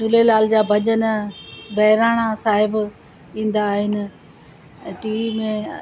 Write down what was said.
झूलेलाल जा भॼन बहिराणा साहिब ईंदा आहिनि